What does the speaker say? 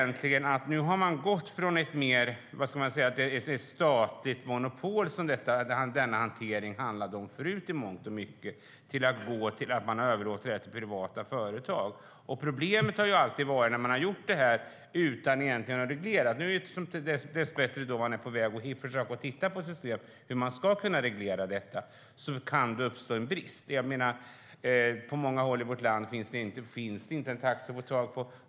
Nu har man gått från ett statligt monopol, som denna hantering handlade om förut i mångt och mycket, till att överlåta kontanthanteringen till privata företag. Problemet är att man gjort det utan att reglera det. Nu är man dess bättre på väg att försöka hitta ett system för att kunna reglera detta. Då kan det uppstå en brist. På många håll i vårt land finns det inte en taxi att få tag i.